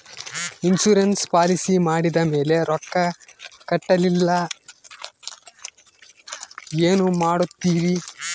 Insurance policy ಮಾಡಿದ ಮೇಲೆ ರೊಕ್ಕ ಕಟ್ಟಲಿಲ್ಲ ಏನು ಮಾಡುತ್ತೇರಿ?